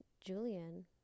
Julian